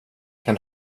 kan